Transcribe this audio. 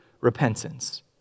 repentance